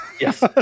Yes